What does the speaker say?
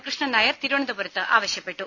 കൃഷ്ണൻനായർ തിരുവനന്തപുരത്ത് ആവശ്യപ്പെട്ടു